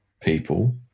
people